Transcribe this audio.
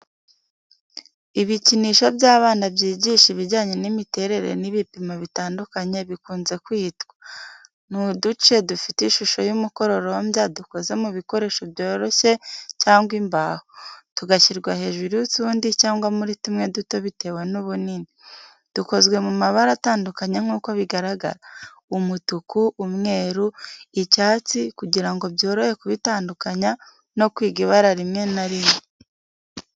Ibikinisho by'abana byigisha ibijyanye n'imiterere n'ibipimo bitandukanye bikunze kwitwa. Ni uduce dufite ishusho y'umukororombya dukoze mu bikoresho byoroshye cyangwa imbaho, tugashyirwa hejuru y’utundi cyangwa muri tumwe duto bitewe n'ubunini. Dukozwe mu mabara atandukanye nk’uko bigaragara: umutuku, umweru, icyatsi, kugira ngo byorohe kubitandukanya no kwiga ibara rimwe na rimwe.